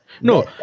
no